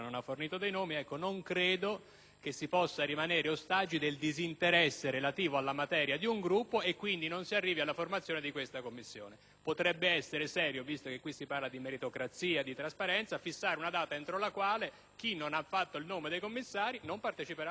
credo si possa rimanere ostaggi del disinteresse sulla materia di un Gruppo e quindi non si arrivi alla formazione di questa Commissione. Potrebbe essere serio, visto che qui si parla di meritocrazia e di trasparenza, fissare una data entro la quale chi non ha fatto il nome dei commissari non parteciperà alla Commissione.